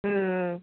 ம் ம்